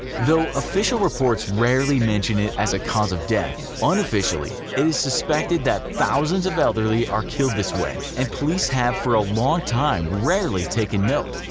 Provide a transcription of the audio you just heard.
though official reports rarely mention it as a cause of death, unofficially it is suspected that thousands of elderly are killed this way, and police have for a long time rarely taken note.